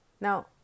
Now